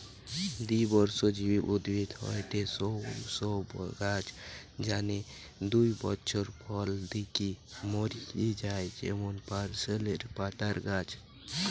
দ্বিবর্ষজীবী উদ্ভিদ হয়ঠে সৌ সব গাছ যানে দুই বছর ফল দিকি মরি যায় যেমন পার্সলে পাতার গাছ